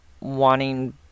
wanting